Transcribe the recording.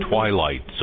Twilight